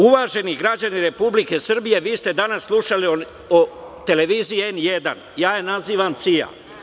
Uvaženi građani Republike Srbije, vi ste danas slušali o televiziji "N1", ja je nazivam CIA.